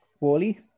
Wally